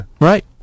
right